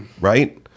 right